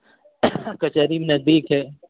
कचहरी नज़दीक है